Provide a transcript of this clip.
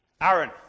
Aaron